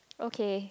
okay